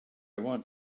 want